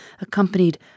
accompanied